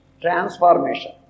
transformation